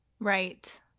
Right